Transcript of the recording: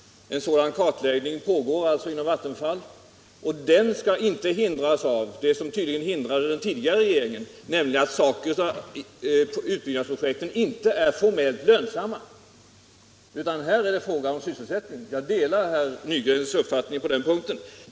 En sådan kartläggning pågår inom Vattenfall. Den skall inte hindras av det som tydligen hindrade den tidigare regeringen, nämligen det faktum att utbyggnadsprojekten inte är formellt lönsamma. Här är det fråga om sysselsättningen. Jag delar herr Nygrens uppfattning på den punkten.